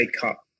Cup